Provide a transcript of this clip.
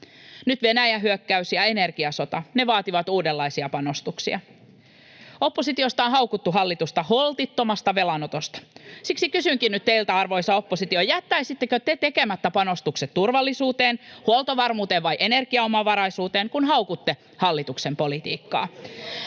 Nyt Venäjän hyökkäys ja energiasota, ne vaativat uudenlaisia panostuksia. Oppositiosta on haukuttu hallitusta holtittomasta velanotosta. Siksi kysynkin nyt teiltä, arvoisa oppositio: jättäisittekö te tekemättä panostukset turvallisuuteen, huoltovarmuuteen vai energiaomavaraisuuteen, kun haukutte hallituksen politiikkaa?